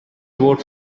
vote